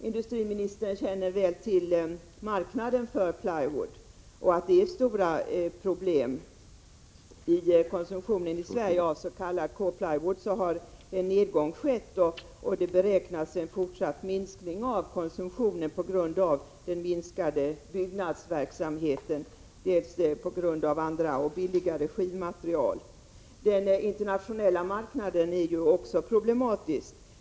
Industriministern känner väl till marknaden för plywood och att det är stora problem där. Det har skett en nedgång i konsumtionen i Sverige av s.k. K-plywood, och det beräknas ske en fortsatt minskning av konsumtionen på grund av den minskade byggnadsverksamheten och på grund av andra och billigare skivmaterial. Den internationella marknaden är också problematisk.